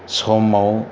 समाव